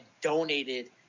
donated